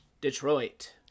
detroit